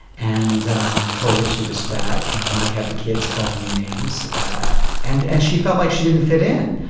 and um told that she was fat. and i had the kids calling me names ah and and she felt like she didn't fit in.